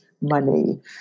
money